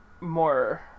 More